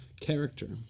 character